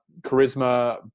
charisma